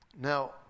Now